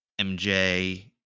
MJ